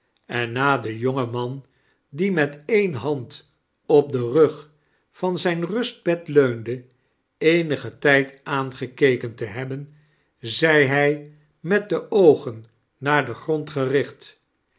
en na den jongen man die met eene hand op den rug van zijn rustbed leunde eenigen tijd aangekeken te hebben zei hij met de oogen naar den grond gericht